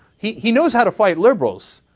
he he knows how to fight liberals,